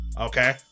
Okay